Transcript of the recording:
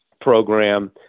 program